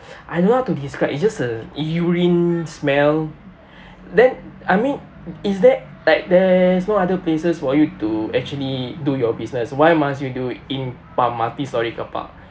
I don't want to describe it's just a urine smell then I mean is there like there is no other places for you to actually do your business why must you do it in pa~ multi-storey car park